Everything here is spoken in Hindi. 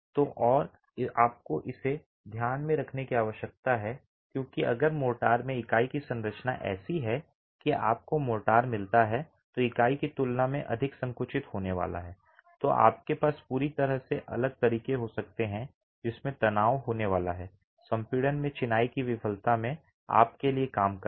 तो और आपको इसे ध्यान में रखने की आवश्यकता है क्योंकि अगर मोर्टार में इकाई की संरचना ऐसी है कि आपको मोर्टार मिलता है तो इकाई की तुलना में अधिक संकुचित होने वाला है तो आपके पास पूरी तरह से अलग तरीके हो सकते हैं जिसमें तनाव होने वाला है संपीड़न में चिनाई की विफलता में आपके लिए काम करना